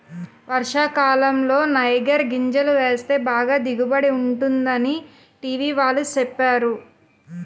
వర్షాకాలంలో నైగర్ గింజలు వేస్తే బాగా దిగుబడి ఉంటుందని టీ.వి వాళ్ళు సెప్పేరు